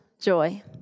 joy